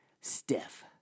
Steph